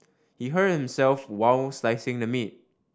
he hurt himself while slicing the meat